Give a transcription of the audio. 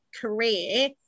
career